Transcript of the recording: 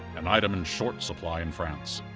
an item in short supply in france.